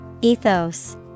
Ethos